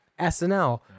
SNL